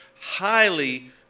highly